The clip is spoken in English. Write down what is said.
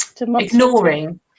ignoring